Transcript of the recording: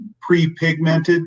pre-pigmented